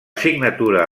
signatura